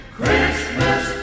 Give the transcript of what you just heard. christmas